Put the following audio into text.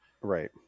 Right